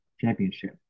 championship